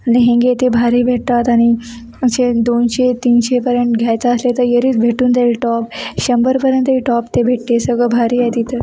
लेहेंगे ते भारी भेटतात आणि असे दोनशे तीनशेपर्यंत घ्यायचं असले तर यरीत भेटून जाईल टॉप शंभरपर्यंत ही टॉप ते भेटते सगळं भारी आहे तिथं